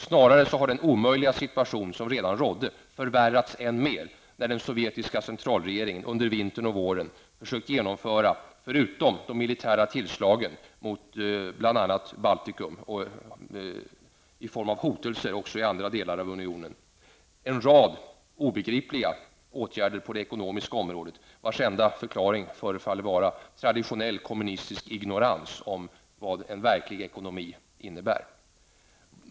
Snarare har den omöjliga situation som rådde redan tidigare förvärrats än mer, när den sovjetiska centralregeringen under vintern och våren försökt att genomföra -- förutom de militära tillslagen mot bl.a. Baltikum och de hotelser riktade också mot andra delar av unionen -- en serie av obegripliga åtgärder på det ekonomiska området, vilkas enda förklaring förefaller vara traditionell kommunistisk ignorans mot vad en verklig ekonomi innebär.